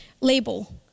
label